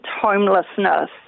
homelessness